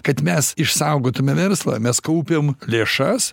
kad mes išsaugotume verslą mes kaupiam lėšas